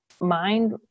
mind